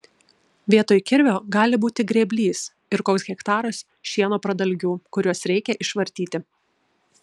vietoj kirvio gali būti grėblys ir koks hektaras šieno pradalgių kuriuos reikia išvartyti